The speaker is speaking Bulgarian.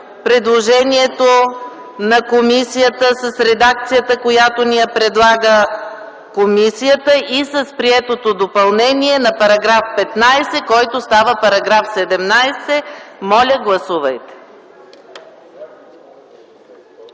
предложението на комисията с редакцията, която ни предлага комисията и с приетото допълнение на § 15, който става § 17. Гласували